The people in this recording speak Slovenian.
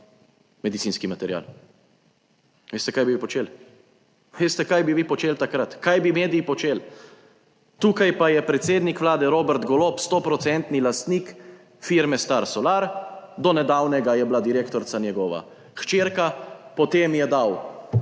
medicinski material? Veste, kaj bi počeli? Veste, kaj bi vi počeli takrat, kaj bi mediji počeli!? Tukaj pa je predsednik Vlade Robert Golob stoprocentni lastnik firme Star Solar, do nedavnega je bila direktorica njegova hčerka, potem je dal